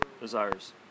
desires